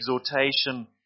exhortation